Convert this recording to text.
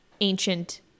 ancient